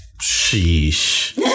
Sheesh